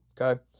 Okay